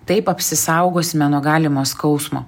taip apsisaugosime nuo galimo skausmo